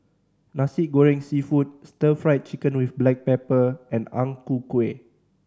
Nasi Goreng Seafood Stir Fried Chicken with black pepper and Ang Ku Kueh